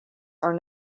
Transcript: are